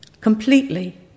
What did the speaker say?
completely